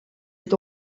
est